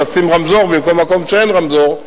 או לשים רמזור במקום שאין בו רמזור,